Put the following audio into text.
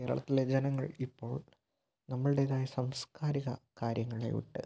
കേരളത്തിലെ ജനങ്ങൾ ഇപ്പോൾ നമ്മളുടേതായ സംസ്കാരിക കാര്യങ്ങളെ വിട്ട്